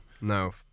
No